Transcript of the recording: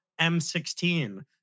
M16